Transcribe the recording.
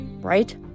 right